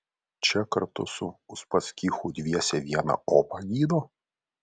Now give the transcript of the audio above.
čia kartu su uspaskichu dviese vieną opą gydo